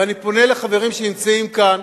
ואני פונה לחברים שנמצאים פה: